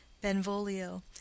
benvolio